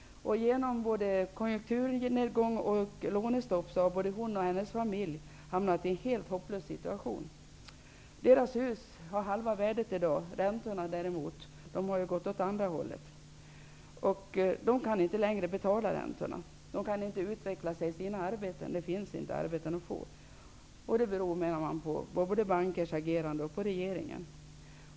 Genom både konjunkturnedgång och lånestopp har både hon och hennes familj hamnat i en helt hopplös situation. Värdet på deras hus har halverats, räntorna har däremot gått åt andra hållet. De kan inte längre betala räntorna. De kan inte utveckla sig i sina arbeten, eftersom det inte finns några arbeten att få. Detta beror, menar de, både på bankers agerande och på regeringen.